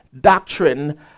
doctrine